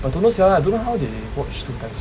I don't know sia I don't know how they watch two times